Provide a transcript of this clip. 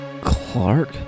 Clark